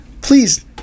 please